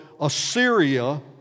Assyria